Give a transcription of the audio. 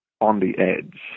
on-the-edge